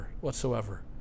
whatsoever